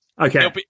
Okay